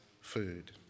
food